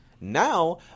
Now